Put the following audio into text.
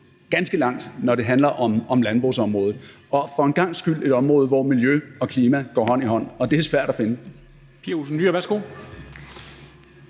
ganske langt, når det handler om landbrugsområdet. Og det er for en gangs skyld et område, hvor miljø og klima går hånd i hånd, og det er svært at finde.